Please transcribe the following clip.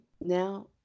now